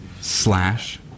slash